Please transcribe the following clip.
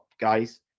guys